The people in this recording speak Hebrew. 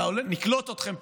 נקלוט אתכם פה,